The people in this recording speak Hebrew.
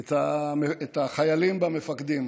את החיילים במפקדים,